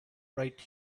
right